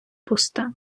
пуста